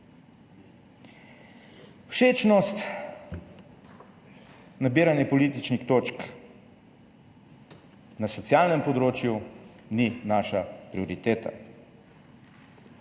Všečnost, nabiranje političnih točk na socialnem področju ni naša prioriteta.